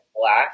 black